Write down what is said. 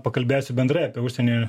pakalbėsiu bendrai apie užsienio